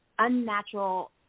unnatural